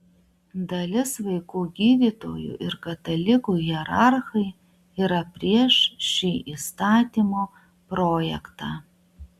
dalis vaikų gydytojų ir katalikų hierarchai yra prieš šį įstatymo projektą